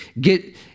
get